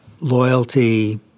loyalty